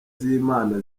z’imana